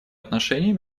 отношений